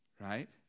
right